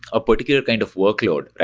a particular kind of workload,